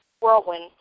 whirlwind